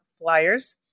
Flyers